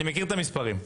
אני מכיר את המספרים.